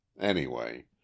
Anyway